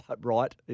right